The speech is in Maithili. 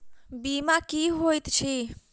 बीमा की होइत छी?